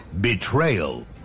Betrayal